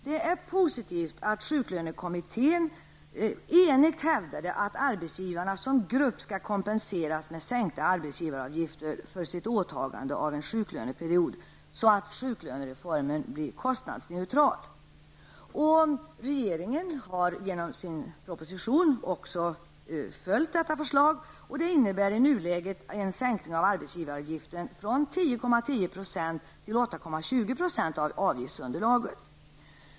Det är positivt att sjuklönekommittén enigt hävdade att arbetsgivarna som grupp skall kompenseras med sänkta arbetsgivaravgifter för det åtagande som en sjuklöneperiod innebär, så att sjuklönereformen blir kostnadsneutral. Regeringen har genom sin proposition följt detta förslag. Det innebär i nuläget en sänkning av arbetsgivaravgiften från 10,10 % till 8,20 % av avgiftsunderlaget.